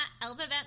alphabet